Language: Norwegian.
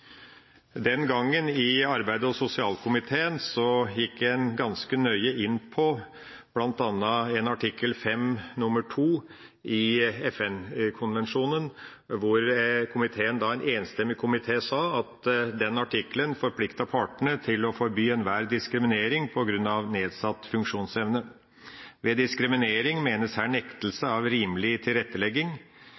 Den gangen gikk en i arbeids- og sosialkomiteen ganske nøye inn på bl.a. artikkel 5 nr. 2 i FN-konvensjonen, og en enstemmig komité sa at den artikkelen «forplikter partene til å forby enhver diskriminering på grunn av nedsatt funksjonsevne. Ved diskriminering menes her nektelse